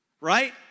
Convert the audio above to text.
Right